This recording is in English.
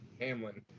hamlin